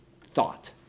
thought